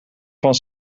van